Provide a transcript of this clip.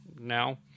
now